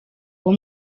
uwo